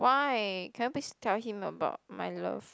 why can you please tell him about my love